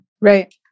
Right